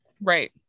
Right